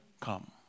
come